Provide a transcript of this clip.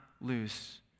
lose